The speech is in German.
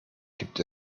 gibt